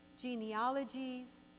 genealogies